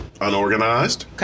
Unorganized